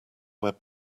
web